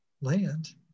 land